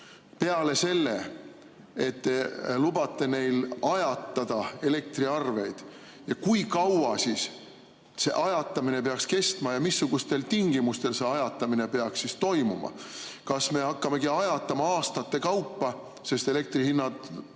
peale selle, et te lubate neil ajatada elektriarveid? Ja kui kaua siis see ajatamine peaks kestma ja missugustel tingimustel see ajatamine peaks toimuma? Kas me hakkamegi ajatama aastate kaupa? Elektrihinnad,